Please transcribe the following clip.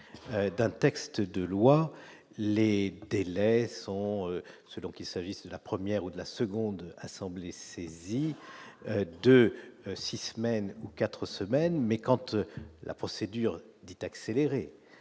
d'un texte de loi, les délais sont selon qu'il s'agisse de la première ou de la seconde assemblée saisie de 6 semaines 4 semaines mais quand eux la procédure dite accélérée